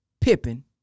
Pippen